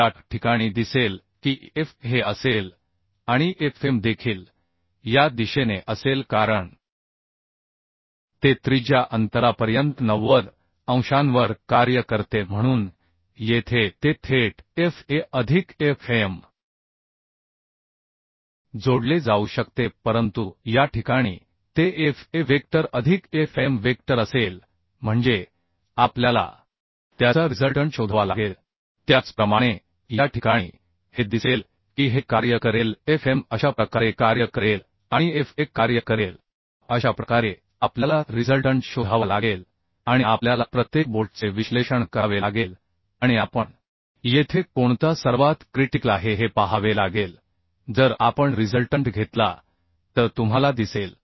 या ठिकाणी दिसेल की Fa हे असेल आणि Fm देखील या दिशेने असेल कारण ते त्रिज्या अंतरापर्यंत 90 अंशांवर कार्य करते म्हणून येथे ते थेट Faअधिक Fm जोडले जाऊ शकते परंतु या ठिकाणी ते Fa वेक्टर अधिक Fm वेक्टर असेल म्हणजे आपल्याला त्याचा रिझल्टंट शोधावा लागेल त्याचप्रमाणे या ठिकाणी हे दिसेल की हे कार्य करेल Fm अशा प्रकारे कार्य करेल आणि Fa कार्य करेल अशा प्रकारे आपल्याला रिझल्टंट शोधावा लागेल आणि आपल्याला प्रत्येक बोल्टचे विश्लेषण करावे लागेल आणि आपण येथे कोणता सर्वात क्रिटिकल आहे हे पाहावे लागेल जर आपण रिझल्टंट घेतला तर तुम्हाला दिसेल